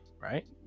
right